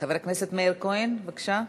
חבר הכנסת מאיר כהן, בבקשה.